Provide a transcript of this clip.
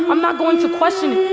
i'm not going to question it.